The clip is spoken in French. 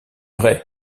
vrai